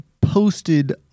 posted